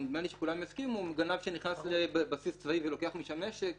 ונדמה לי שכולם יסכימו אם גנב שנכנס לבסיס צבאי ולוקח משם נשק,